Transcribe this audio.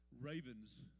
ravens